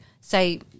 say –